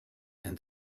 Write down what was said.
and